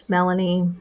Melanie